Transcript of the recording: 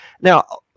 Now